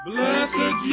Blessed